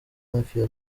mafia